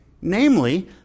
namely